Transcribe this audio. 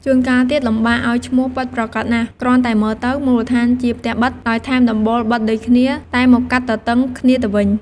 ជួនកាលទៀតលំបាកឱ្យឈ្មោះពិតប្រាកដណាស់ គ្រាន់តែមើលទៅ មូលដ្ឋានជាផ្ទះប៉ិត ដោយថែមដំបូលប៉ិតដូចគ្នា តែមកកាត់ទទឹងគ្នាទៅវិញ ។